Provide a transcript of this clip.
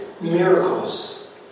miracles